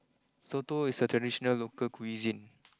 Soto is a traditional local cuisine